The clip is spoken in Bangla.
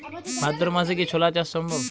ভাদ্র মাসে কি ছোলা চাষ সম্ভব?